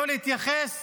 לא להתייחס